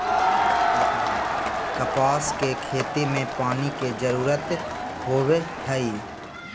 कपास के खेती में पानी के जरूरत होवऽ हई